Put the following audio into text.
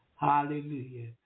Hallelujah